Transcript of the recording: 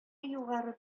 югары